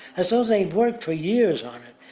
as though they'd worked for years on it.